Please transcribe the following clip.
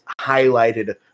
highlighted